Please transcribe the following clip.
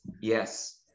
yes